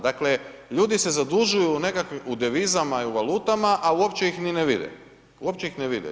Dakle ljudi se zadužuju u nekakvim, u devizama i u valutama a uopće ih ni ne vide, uopće ih ne vide.